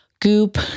Goop